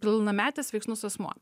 pilnametis veiksnus asmuo